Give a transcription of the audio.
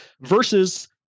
versus